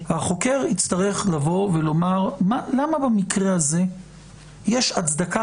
החוקר יצטרך לומר למה במקרה הזה יש הצדקה